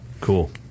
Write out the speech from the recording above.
Cool